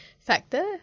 factor